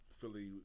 Philly